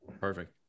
Perfect